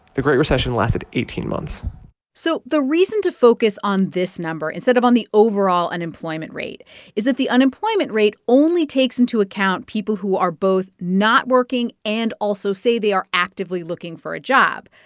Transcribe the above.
the great recession lasted eighteen months so the reason to focus on this number instead of on the overall unemployment rate is that the unemployment rate only takes into account people who are both not working and also say they are actively looking for a job.